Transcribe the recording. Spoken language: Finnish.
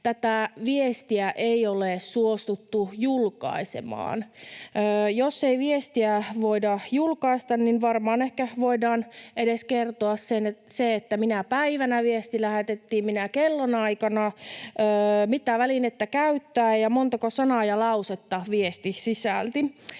tätä viestiä ei ole suostuttu julkaisemaan. Jos ei viestiä voida julkaista, niin varmaan ehkä voidaan edes kertoa se, minä päivänä viesti lähetettiin, minä kellonaikana, mitä välinettä käyttäen ja montako sanaa ja lausetta viesti sisälsi.